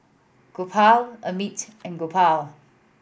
Gopal Amit and Gopal